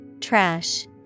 Trash